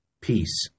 Peace